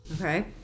Okay